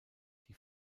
die